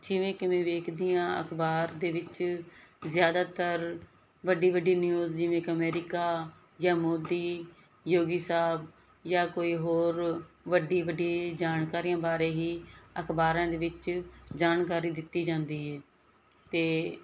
ਜਿਵੇਂ ਕਿਵੇਂ ਵੇਖਦੀ ਆਂ ਅਖਬਾਰ ਦੇ ਵਿੱਚ ਜਿਆਦਾਤਰ ਵੱਡੀ ਵੱਡੀ ਨਿਊਜ਼ ਜਿਵੇਂ ਕਿ ਅਮਰੀਕਾ ਜਾਂ ਮੋਦੀ ਯੋਗੀ ਸਾਹਿਬ ਜਾਂ ਕੋਈ ਹੋਰ ਵੱਡੀ ਵੱਡੀ ਜਾਣਕਾਰੀਆਂ ਬਾਰੇ ਹੀ ਅਖਬਾਰਾਂ ਦੇ ਵਿੱਚ ਜਾਣਕਾਰੀ ਦਿੱਤੀ ਜਾਂਦੀ ਹੈ ਤੇ